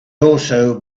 also